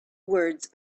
words